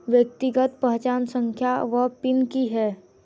व्यक्तिगत पहचान संख्या वा पिन की है?